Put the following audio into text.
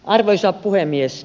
arvoisa puhemies